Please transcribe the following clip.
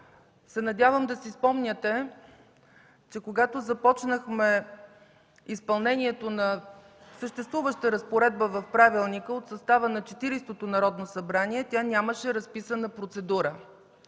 се надявам да си спомняте, че когато започнахме изпълнението на съществуваща разпоредба в правилника от състава на Четиридесетото Народно събрание, тя нямаше разписана процедура.